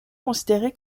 considéré